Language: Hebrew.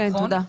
תודה.